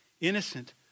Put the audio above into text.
innocent